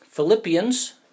Philippians